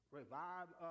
revive